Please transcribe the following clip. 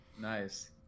nice